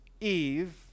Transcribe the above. Eve